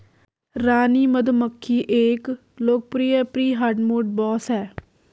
रानी मधुमक्खी एक लोकप्रिय प्री हार्डमोड बॉस है